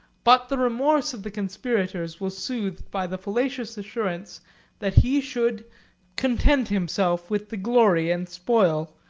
but the remorse of the conspirators was soothed by the fallacious assurance that he should content himself with the glory and spoil,